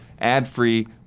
ad-free